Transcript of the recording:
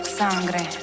sangre